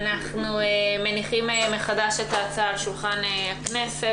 אנחנו מניחים מחדש את ההצעה על שולחן הכנסת.